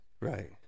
right